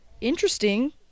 interesting